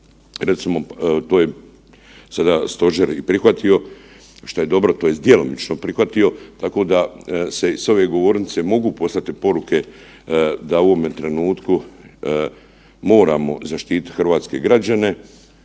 recimo to je, sada stožer i prihvatio, šta je dobro, tj. djelomično prihvatio tako da se i s ove govornice mogu poslati poruke da u ovome trenutku moramo zaštititi hrvatske građane,